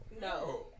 No